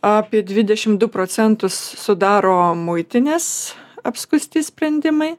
apie dvidešim du procentus sudaro muitinės apskųsti sprendimai